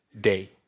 day